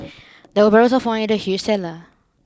there were barrels of wine in the huge cellar